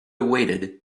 waited